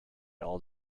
all